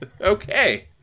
Okay